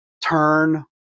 Turn